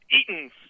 eaten